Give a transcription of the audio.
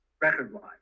record-wise